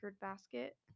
basket